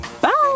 Bye